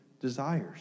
desires